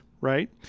right